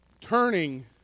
turning